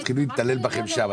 מתעללים בכם שם,